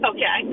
Okay